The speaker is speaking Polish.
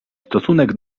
stosunek